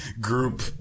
group